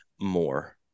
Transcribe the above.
more